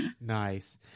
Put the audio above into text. Nice